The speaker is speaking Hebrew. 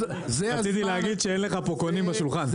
רציתי להגיד שאין לך פה קונים בשולחן.